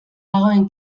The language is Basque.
dagoen